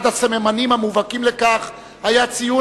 אחד הסממנים המובהקים לכך היה ציון